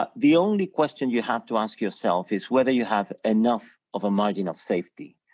but the only question you have to ask yourself is whether you have enough of a margin of safety.